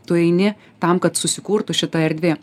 tu eini tam kad susikurtų šita erdvė